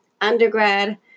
undergrad